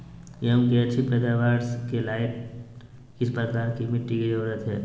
गेंहू की अच्छी पैदाबार के लाइट किस प्रकार की मिटटी की जरुरत है?